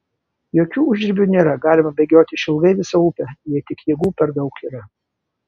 jokių užribių nėra galima bėgioti išilgai visą upę jei tik jėgų per daug yra